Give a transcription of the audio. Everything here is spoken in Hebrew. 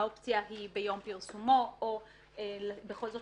האופציה היא ביום פרסומו או בכל זאת